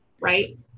right